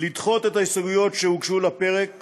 לדחות את ההסתייגויות שהוגשו לפרק